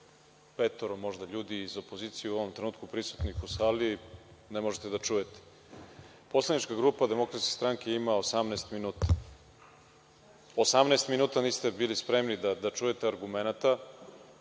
petoro ljudi iz opozicije u ovom trenutku prisutnih u sali ne možete da čujete. Poslanička grupa DS ima 18 minuta, 18 minuta vi niste bili spremni da čujete argumenata